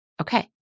Okay